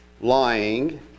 lying